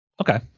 Okay